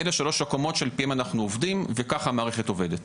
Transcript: אלה שלוש הקומות שעל פיהם אנחנו עובדים וככה המערכת עובדת.